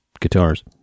guitars